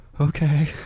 okay